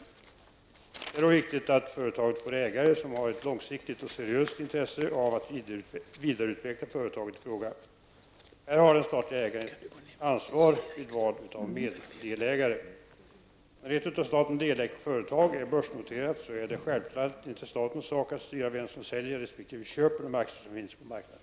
Det är då viktigt att företaget får ägare som har ett långsiktigt och seriöst intresse av att vidareutveckla företaget i fråga. Här har den statliga ägaren ett ansvar vid val av meddelägare. När ett av staten delägt företag är börsnoterat, är det självfallet inte statens sak att styra vem som säljer resp. köper de aktier som finns på marknaden.